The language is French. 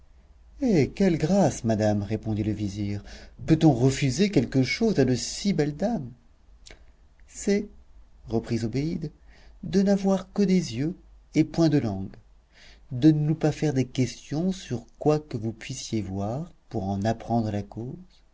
hé quelle grâce madame répondit le vizir peut-on refuser quelque chose à de si belles dames c'est reprit zobéide de n'avoir que des yeux et point de langue de ne nous pas faire des questions sur quoi que vous puissiez voir pour en apprendre la cause